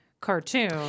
cartoon